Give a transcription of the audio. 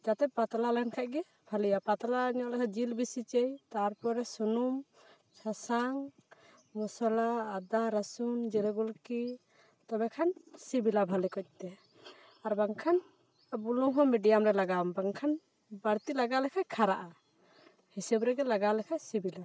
ᱡᱟᱛᱮ ᱯᱟᱛᱞᱟ ᱞᱮᱱᱠᱷᱟᱡ ᱜᱮ ᱵᱷᱟᱞᱮᱭᱟ ᱯᱟᱛᱞᱟ ᱧᱚᱜ ᱞᱮᱱᱠᱷᱟᱱ ᱡᱤᱞ ᱵᱮᱥᱤ ᱪᱟᱹᱭ ᱛᱟᱨᱯᱚᱨᱮ ᱥᱩᱱᱩᱢ ᱥᱟᱥᱟᱝ ᱢᱚᱥᱞᱟ ᱟᱫᱟ ᱨᱟᱹᱥᱩᱱ ᱡᱤᱨᱟᱹ ᱜᱩᱲᱠᱤ ᱛᱚᱵᱮ ᱠᱷᱟᱱ ᱥᱤᱵᱤᱞᱟ ᱵᱷᱟᱜᱮ ᱠᱚᱡᱛᱮ ᱟᱨᱵᱟᱝᱠᱷᱟᱱ ᱵᱩᱞᱩᱝ ᱦᱚᱸ ᱢᱮᱰᱤᱭᱟᱢ ᱨᱮ ᱞᱟᱜᱟᱣᱟᱢ ᱵᱟᱝᱠᱷᱟᱱ ᱵᱟᱹᱲᱛᱤ ᱞᱟᱜᱟᱣ ᱞᱮᱠᱷᱟᱡ ᱠᱷᱟᱨᱟᱜᱼᱟ ᱦᱤᱥᱟᱹᱵ ᱨᱮᱜᱮ ᱞᱟᱜᱟᱣ ᱞᱮᱠᱷᱟᱡ ᱥᱤᱵᱤᱞᱟ